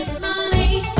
money